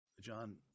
John